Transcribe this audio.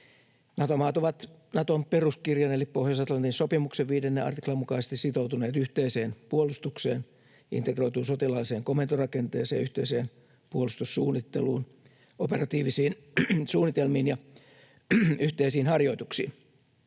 Nato-maat ovat Naton peruskirjan eli Pohjois-Atlantin sopimuksen 5 artiklan mukaisesti sitoutuneet yhteiseen puolustukseen, integroituun sotilaalliseen komentorakenteeseen, yhteiseen puolustussuunnitteluun, operatiivisiin suunnitelmiin ja yhteisiin harjoituksiin.